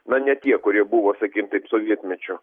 na ne tie kurie buvo sakykim taip sovietmečiu